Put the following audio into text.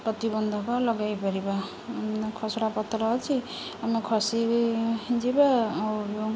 ପ୍ରତିବନ୍ଧକ ଲଗାଇ ପାରିବା ଖସଡ଼ା ପତ୍ର ଅଛି ଆମେ ଖସି ଯିବା ଆଉ